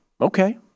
Okay